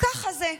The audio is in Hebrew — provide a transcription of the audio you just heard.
ככה זה.